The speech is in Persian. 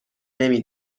نمی